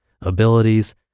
abilities